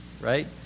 right